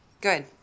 Good